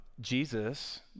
Jesus